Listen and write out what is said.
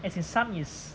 as in some is